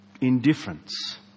Indifference